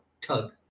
tug